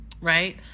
right